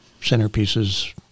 centerpieces